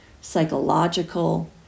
psychological